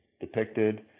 depicted